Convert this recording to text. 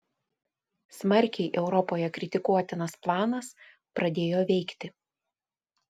smarkiai europoje kritikuotinas planas pradėjo veikti